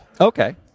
Okay